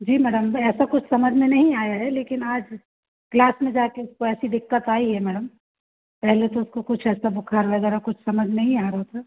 जी madam तो ऐसा कुछ समझ में नहीं आया है लेकिन आज क्लास में जा कर उसको ऐसी दिक्कत आई है मैडम पहले तो उसको कुछ ऐसा बुख़ार वग़ैरह कुछ समझ नहीं आ रहा था